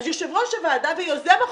אז יושב-ראש הוועדה ויוזם החוק,